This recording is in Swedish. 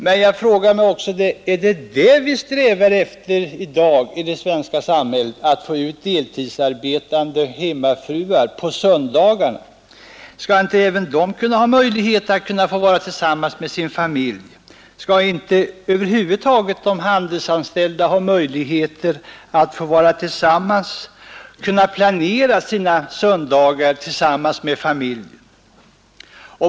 Men jag frågar mig om det är vad vi strävar efter i dag. Skall inte även de handelsanställda ha möjligheter att planera sina söndagar tillsammans med familjen?